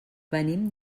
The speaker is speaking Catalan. venim